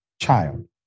child